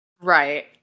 Right